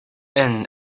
inn